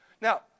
Now